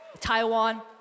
Taiwan